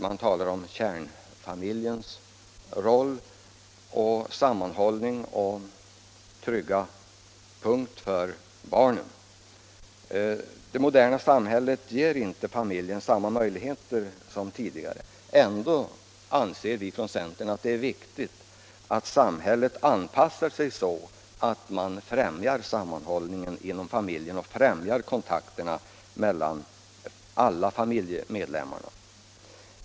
Man talar om kärnfamiljen med dess sammanhållning som den trygga punkten för barnen. Det moderna samhället ger inte familjen samma möjligheter som tidigare. Ändå anser vi från centern att det är viktigt att samhället anpassar sig så att man främjar sammanhållningen inom familjen och främjar kontakterna mellan alla familjemedlemmar.